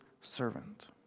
servant